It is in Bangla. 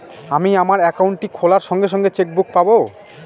আমি আমার একাউন্টটি খোলার সঙ্গে সঙ্গে চেক বুক পাবো?